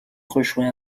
rejoint